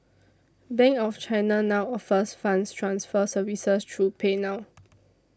bank of China now offers funds transfer services through pay now